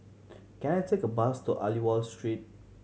can I take a bus to Aliwal Street